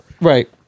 Right